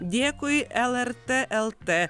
dėkui lrt lt